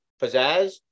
pizzazz